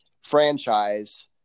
franchise